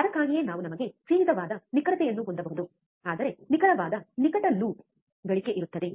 ಅದಕ್ಕಾಗಿಯೇ ನಾವು ನಮಗೆ ಸೀಮಿತವಾದ ನಿಖರತೆಯನ್ನು ಹೊಂದಬಹುದು ಆದರೆ ನಿಖರವಾದ ನಿಕಟ ಲೂಪ್ ಗಳಿಕೆ ಇರುತ್ತದೆ